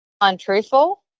untruthful